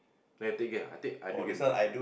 then I take again I take I do again